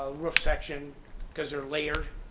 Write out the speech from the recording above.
ah rough section because they're layered,